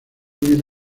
bien